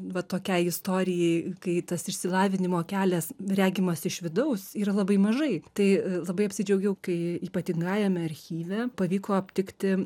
va tokiai istorijai kai tas išsilavinimo kelias regimas iš vidaus yra labai mažai tai labai apsidžiaugiau kai ypatingajame archyve pavyko aptikti